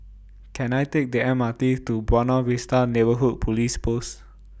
Can I Take The M R T to Buona Vista Neighbourhood Police Post